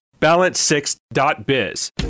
Balance6.biz